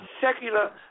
secular